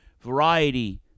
Variety